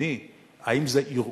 האם זה בידוד מדיני?